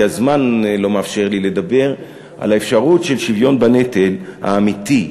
כי הזמן לא מאפשר לי לדבר על האפשרות של שוויון בנטל האמיתי.